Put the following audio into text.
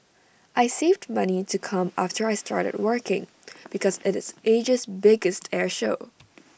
I saved money to come after I started working because IT is Asia's biggest air show